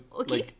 okay